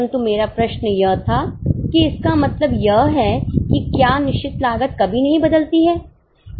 परंतु मेरा प्रश्न यह था कि इसका मतलब यह है कि क्या निश्चित लागत कभी नहीं बदलती है